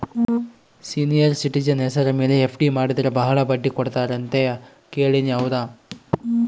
Senior citizen ಹೆಸರ ಮೇಲೆ FD ಮಾಡಿದರೆ ಬಹಳ ಬಡ್ಡಿ ಕೊಡ್ತಾರೆ ಅಂತಾ ಕೇಳಿನಿ ಹೌದಾ?